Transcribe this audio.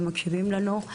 ועל כך שמקשיבים לנו.